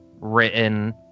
written